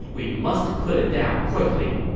we must put it down quickly.